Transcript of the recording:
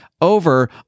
over